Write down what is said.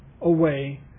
away